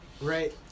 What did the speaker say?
right